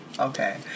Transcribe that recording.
Okay